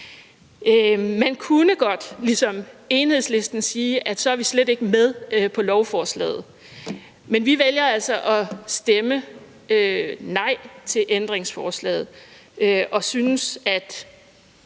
Man kunne godt ligesom Enhedslisten sige, at så er vi slet ikke med på lovforslaget. Men vi vælger altså at stemme nej til ændringsforslaget og synes, at